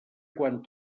quan